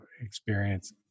experience